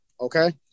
Okay